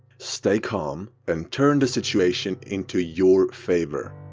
stay calm and turn the situation into your favor.